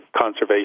conservation